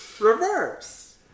reverse